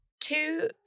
two